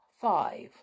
five